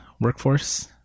workforce